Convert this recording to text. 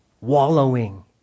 wallowing